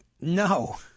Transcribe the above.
No